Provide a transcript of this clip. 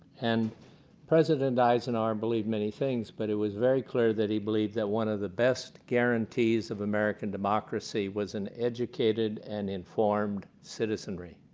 and president eisenhower believed many things but it was very clear that he believed that one of the best guarantees of american democracy was an educated and informed citizenry.